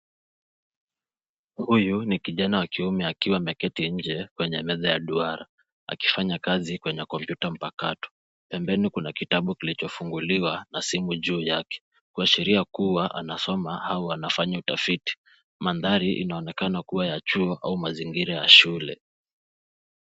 Huyu ni kijana wa kiume akiwa ameketi nje kwenye meza ya duara akifanya kazi kwenye kompyuta mpakato, ndani kuna kitabu kilichofunguliwa na simu juu yake kuashiria kua anasoma au anafanya utafiti, mandhari inaonekana kua ya juu au mazingira ya shule.